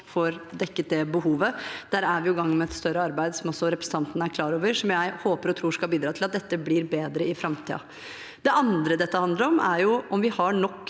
får dekket det behovet. Der er vi i gang med et større arbeid, som også representanten er klar over, som jeg håper og tror skal bidra til at dette blir bedre i framtiden. Det andre dette handler om, er om vi totalt